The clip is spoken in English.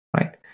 right